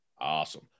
Awesome